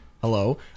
Hello